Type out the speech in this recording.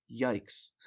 yikes